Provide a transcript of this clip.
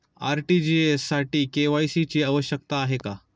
RTGS साठी KYC ची आवश्यकता आहे का?